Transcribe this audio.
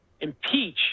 Impeach